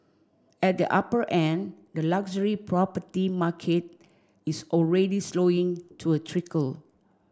at the upper end the luxury property market is already slowing to a trickle